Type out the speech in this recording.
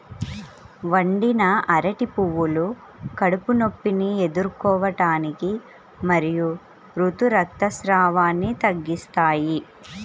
వండిన అరటి పువ్వులు కడుపు నొప్పిని ఎదుర్కోవటానికి మరియు ఋతు రక్తస్రావాన్ని తగ్గిస్తాయి